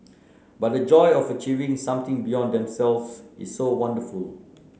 but the joy of achieving something beyond themselves is so wonderful